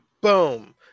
boom